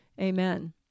Amen